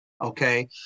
okay